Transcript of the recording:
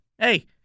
Hey